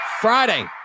Friday